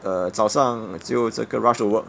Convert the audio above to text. err 早上就这个 rush to work